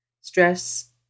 Stress